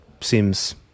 seems